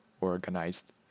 organized